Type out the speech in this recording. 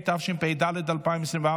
התשפ"ד 2024,